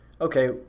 okay